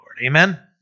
Amen